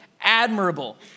admirable